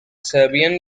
serbian